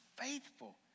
faithful